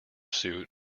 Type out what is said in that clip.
suit